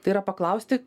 tai yra paklausti